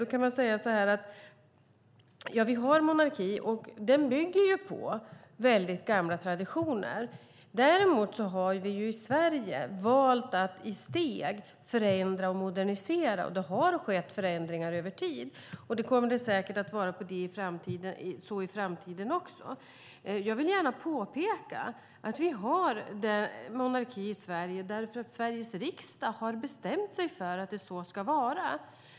Då kan man säga så här att ja, vi har monarki och den bygger på väldigt gamla traditioner. Däremot har vi i Sverige valt att i steg förändra och modernisera monarkin. Det har skett förändringar över tid, och det kommer säkert att vara så även i framtiden. Jag vill gärna påpeka att vi har monarki i Sverige därför att Sveriges riksdag har bestämt att det så ska vara.